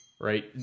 right